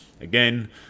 again